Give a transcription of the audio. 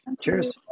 Cheers